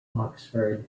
oxford